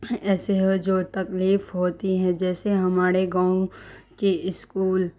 ایسے ہے جو تکلیف ہوتی ہے جیسے ہمارے گاؤں کی اسکول